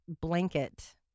blanket